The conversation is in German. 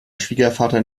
schwiegervater